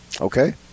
Okay